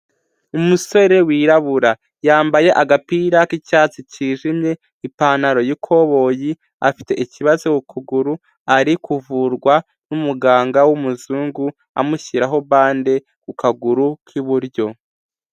Umusore wirabura yambaye agapira k'icyatsi cyijimye, ipantaro y'ikoboyi afite ikibazo ku kuguru ari kuvurwa n'umuganga w'umuzungu, amushyiraho bande ku kaguru k'iburyo.